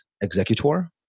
executor